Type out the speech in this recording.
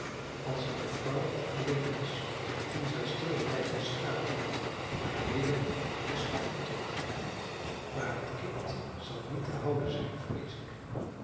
als het de vrouw alleen was kon zij stil blijven schuilen tot hij weder was afgetrokken maar dat kind zal niet te houden zijn vrees ik